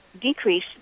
decrease